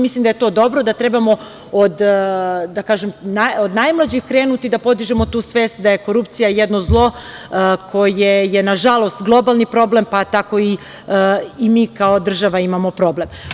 Mislim da je to dobro, i da trebamo od najmlađih krenuti da podižemo tu svest da je korupcija jedno zlo koje je nažalost, globalni problem, pa tako i mi kao država imamo problem.